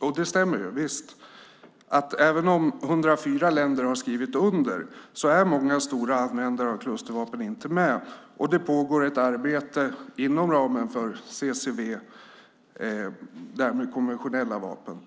Visst, det stämmer att även om 104 länder har skrivit under är många stora användare av klustervapen inte med och att det pågår ett arbete inom ramen för CCW - konventionella vapen.